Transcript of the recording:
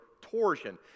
torsion